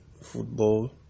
football